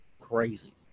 crazy